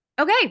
Okay